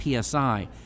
PSI